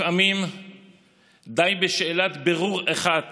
לפעמים די בשאלת בירור אחת